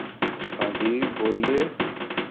हाँ जी बोलिए